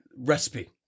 Recipe